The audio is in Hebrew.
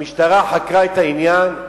המשטרה חקרה את העניין,